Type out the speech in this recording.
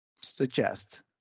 suggest